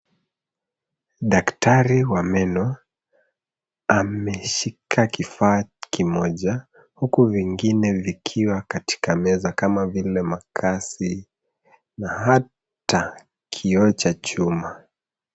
Daktari wa meno ameshika kifaa kimoja huku vingine vikiwa katika meza, kama vile makasi na hata kioo cha chuma.